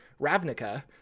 Ravnica